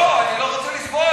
לא, אני לא רוצה לסבול,